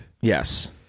Yes